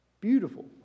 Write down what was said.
Beautiful